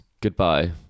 Goodbye